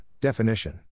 definition